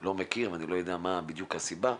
לא מכיר ואני לא יודע בדיוק מה הסיבה,